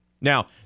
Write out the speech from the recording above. Now